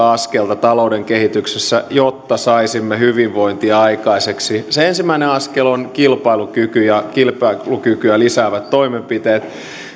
askelta talouden kehityksessä jotta saisimme hyvinvointia aikaiseksi se ensimmäinen askel on kilpailukyky ja kilpailukykyä lisäävät toimenpiteet